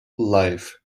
life